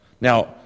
Now